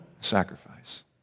sacrifice